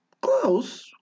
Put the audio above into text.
Close